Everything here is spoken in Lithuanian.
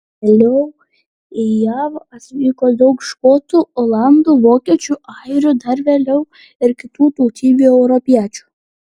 vėliau į jav atvyko daug škotų olandų vokiečių airių dar vėliau ir kitų tautybių europiečių